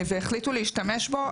והחליטו להשתמש בו.